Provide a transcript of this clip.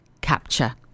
capture